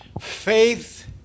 Faith